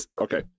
okay